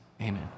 Amen